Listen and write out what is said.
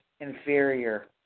Inferior